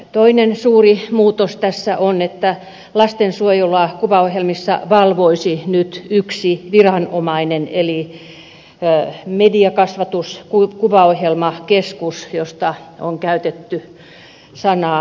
toinen suuri muutos tässä on että lastensuojelua kuvaohjelmissa valvoisi nyt yksi viranomainen eli mediakasvatus ja kuvaohjelmakeskus josta on käytetty sanaa meku